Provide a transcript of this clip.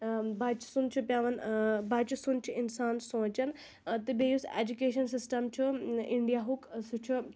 آ بَچہٕ سُنٛد چھُ پٮ۪وان بَچہٕ سُنٛد چھُ اِنسان سوٗنٛچان تہٕ بیٚیہِ یُس ایجوٗکیشَن سِسٹَم چھُ اِنٛڈِیاہُک سُہ چھُ